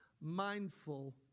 mindful